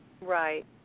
Right